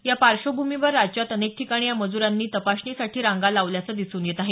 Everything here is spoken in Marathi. या पार्श्वभूमीवर राज्यात अनेक ठिकाणी या मज्रांनी तपासणीसाठी रांगा लावल्याचं दिसून येत आहे